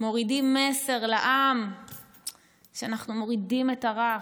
מורידים מסר לעם שאנחנו מורידים את הרף,